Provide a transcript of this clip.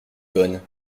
bonne